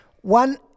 one